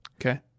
Okay